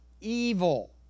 evil